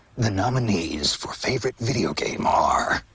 the nominees for favorite video game are.